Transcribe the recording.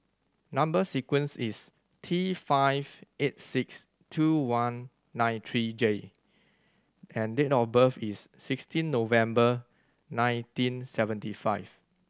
number sequence is T five eight six two one nine three J and date of birth is sixteen November nineteen seventy five